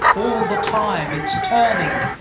all the time, it's turning.